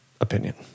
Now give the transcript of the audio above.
opinion